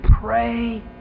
pray